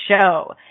show